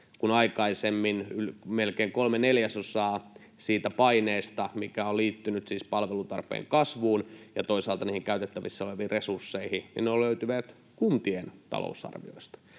kun aikaisemmin melkein kolme neljäsosaa siitä paineesta, mikä on liittynyt siis palvelutarpeen kasvuun ja toisaalta niihin käytettävissä oleviin resursseihin, on löytynyt kuntien talousarvioista.